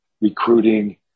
recruiting